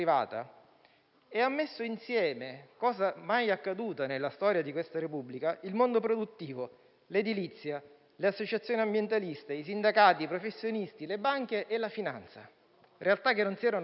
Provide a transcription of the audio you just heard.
e ha messo insieme - cosa mai accaduta nella storia di questa Repubblica - il mondo produttivo, l'edilizia, le associazioni ambientaliste, i sindacati, i professionisti, le banche e la finanza, realtà che non si erano mai